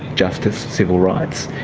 justice, civil rights?